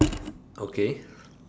okay